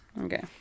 Okay